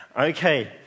Okay